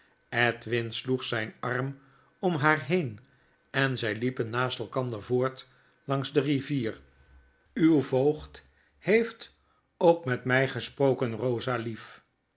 edwin sloeg zyn arm om haar heen en zy liepen naast elkander voort langs de rivier w uw voogd heeft ook met my gesproken bosa lief